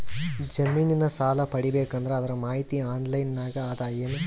ಜಮಿನ ಸಾಲಾ ಪಡಿಬೇಕು ಅಂದ್ರ ಅದರ ಮಾಹಿತಿ ಆನ್ಲೈನ್ ನಾಗ ಅದ ಏನು?